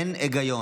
אין היגיון.